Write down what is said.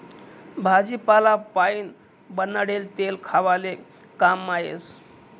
भाजीपाला पाइन बनाडेल तेल खावाले काममा येस